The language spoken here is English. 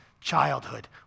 childhood